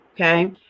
Okay